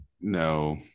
no